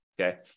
okay